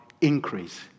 increase